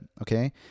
okay